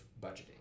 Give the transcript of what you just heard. budgeting